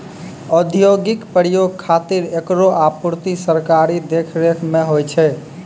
औद्योगिक प्रयोग खातिर एकरो आपूर्ति सरकारी देखरेख म होय छै